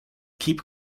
keep